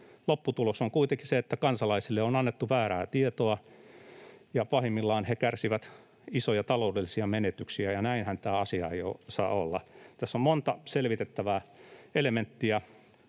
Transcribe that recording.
Lopputulos on kuitenkin se, että kansalaisille on annettu väärää tietoa ja pahimmillaan he kärsivät isoja taloudellisia menetyksiä, ja näinhän tämä asia ei saa olla. Tässä on monta selvitettävää elementtiä,